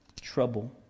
trouble